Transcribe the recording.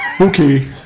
Okay